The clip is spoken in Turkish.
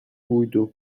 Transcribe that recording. buydu